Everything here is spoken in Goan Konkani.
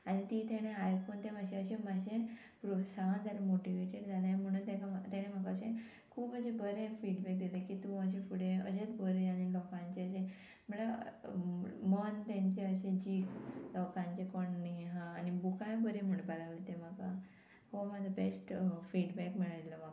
आनी ती तेणे आयकून तें मातशें अशें मातशें प्रोत्साहन जालें मोटिवेटेड जालें म्हणून ताका तेणे म्हाका अशें खूब अशें बरें फिडबॅक दिलें की तूं अशें फुडें अशेंच बरें आनी लोकांचें अशें म्हळ्या मन तेंचें अशें जीक लोकांचें कोण न्ही हा आनी बुकाय बरें म्हणपाक लागलें तें म्हाका हो म्हाका बेश्ट फिडबॅक मेळिल्लो म्हाका